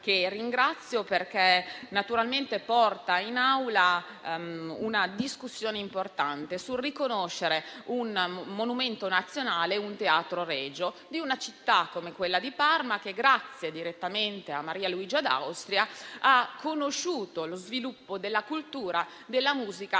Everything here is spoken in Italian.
che ringrazio per aver portato in Assemblea una discussione importante al fine di riconoscere monumento nazionale il Teatro Regio di una città, come quella di Parma che, grazie direttamente a Maria Luigia d'Austria, ha conosciuto lo sviluppo della cultura, della musica